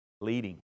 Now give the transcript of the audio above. leading